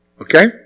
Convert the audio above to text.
Okay